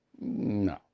No